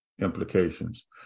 implications